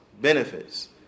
benefits